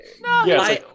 No